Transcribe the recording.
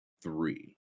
three